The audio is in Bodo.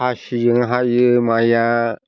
खासिजों हायो माइया